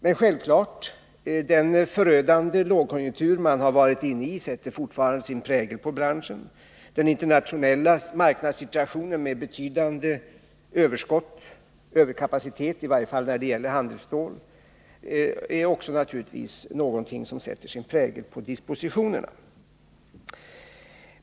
Men självfallet sätter den förödande lågkonjunkturen, som man varit inne i, fortfarande sin prägel på denna bransch. Den internationella marknadssituationen, med en betydande överkapacitet i varje fall när det gäller handelsstålet, är naturligtvis också någonting som sätter sin prägel på dispositionerna.